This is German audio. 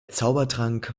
zaubertrank